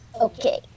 Okay